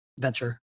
venture